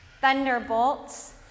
Thunderbolts